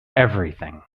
everything